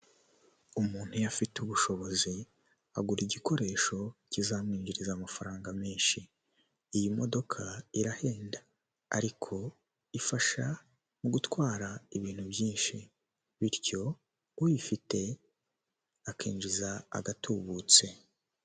Umuntu iyo afite ubushobozi agura igikoresho kizamwinjiriza amafaranga menshi, iyi modoka irahenda ariko ifasha mu gutwara ibintu byinshi bityo uyifite akinjiza agatubutse.